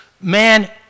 Man